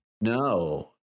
No